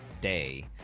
Day